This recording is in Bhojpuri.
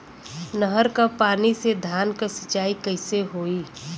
नहर क पानी से धान क सिंचाई कईसे होई?